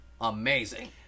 Amazing